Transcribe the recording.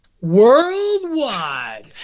Worldwide